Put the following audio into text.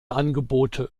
angebote